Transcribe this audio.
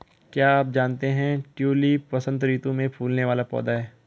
क्या आप जानते है ट्यूलिप वसंत ऋतू में फूलने वाला पौधा है